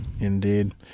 indeed